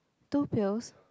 two pills